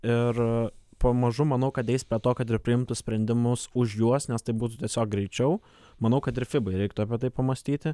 ir pamažu manau kad eis prie to kad ir priimtų sprendimus už juos nes tai būtų tiesiog greičiau manau kad ir fibai reiktų apie tai pamąstyti